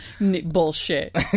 Bullshit